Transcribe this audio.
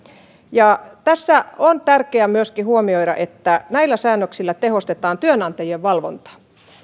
tässä on tärkeää myöskin huomioida että näillä säännöksillä tehostetaan työnantajien valvontaa